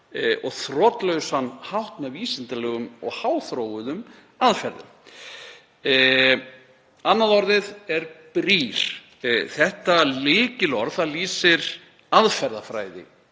og þrotlausan hátt með vísindalegum og háþróuðum aðferðum. Annað orðið er „brýr“. Þetta lykilorð lýsir aðferðafræði